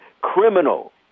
criminal